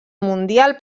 mundial